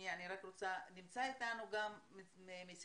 נמצא אתנו דוד לוין,